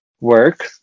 work